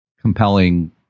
compelling